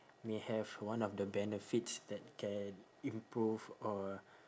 may have one of the benefits that can improve or